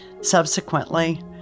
subsequently